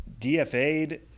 DFA'd